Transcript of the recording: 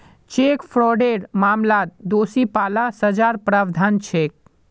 cheque फ्रॉडेर मामलात दोषी पा ल सजार प्रावधान छेक